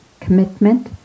commitment